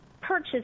purchase